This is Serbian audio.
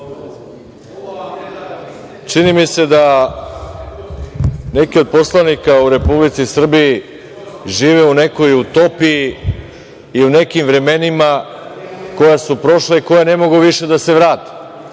čini mi se da neki od poslanika u Republici Srbiji, žive u nekoj utopiji i u nekim vremenima koja su prošla i koja ne mogu više da se vrate.